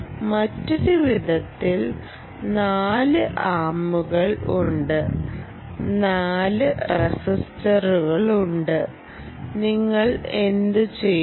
മറ്റൊരു വിധത്തിൽ 4 ആമുകൾ ഉണ്ട് 4 റെസിസ്റ്ററുകളുണ്ട് നിങ്ങൾ എന്തുചെയ്യുന്നു